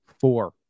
four